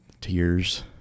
tears